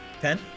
Ten